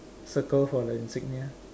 circle for the insignia